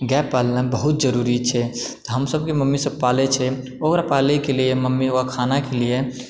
गाय पालनाइ बहुत जरूरी छै हमसभके मम्मीसभ पालै छै ओकर पालयके लिए मम्मी ओकर खानाके लिए